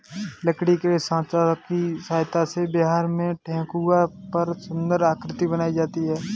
लकड़ी के साँचा की सहायता से बिहार में ठेकुआ पर सुन्दर आकृति बनाई जाती है